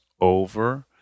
over